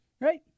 right